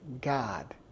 God